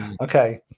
Okay